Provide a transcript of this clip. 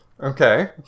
Okay